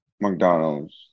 McDonald's